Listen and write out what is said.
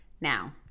Now